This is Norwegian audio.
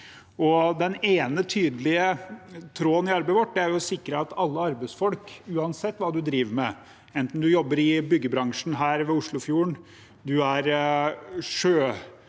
Den ene tydelige tråden i arbeidet vårt er å sikre at alle arbeidsfolk, uansett hva man driver med, enten man jobber i byggebransjen her ved Oslofjorden, er sjø folk